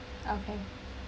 okay